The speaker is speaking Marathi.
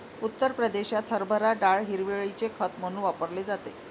उत्तर प्रदेशात हरभरा डाळ हिरवळीचे खत म्हणून वापरली जाते